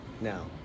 Now